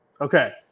Okay